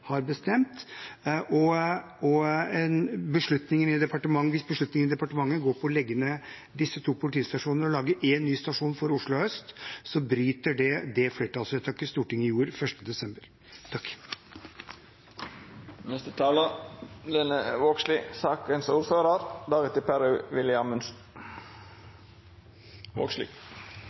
har bestemt det, og hvis beslutningen i departementet går på å legge ned disse to politistasjonene og lage én ny stasjon for Oslo Øst, bryter det med flertallsvedtaket Stortinget gjorde 11. desember.